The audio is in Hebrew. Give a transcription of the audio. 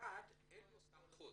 למשרדים אין סמכות.